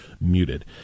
muted